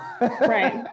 right